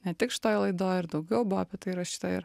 ne tik šitoje laidoj ir daugiau buvo apie tai rašyta ir